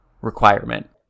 requirement